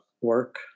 work